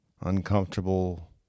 uncomfortable